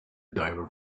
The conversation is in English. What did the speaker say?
diver